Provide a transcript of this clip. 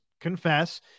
confess